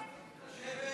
ההצעה